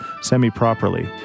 Semi-properly